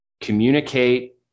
communicate